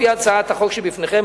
לפי הצעת החוק שבפניכם,